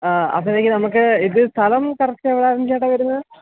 ആ അപ്പോഴത്തേക്കും നമുക്ക് ഇത് സ്ഥലം കറക്റ്റ് എവിടെയായിരുന്നു ചേട്ടാ വരുന്നത്